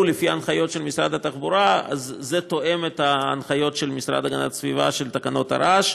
את רמות הרעש המותרות ללא תלות במקור הרעש,